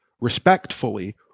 respectfully